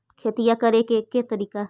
खेतिया करेके के तारिका?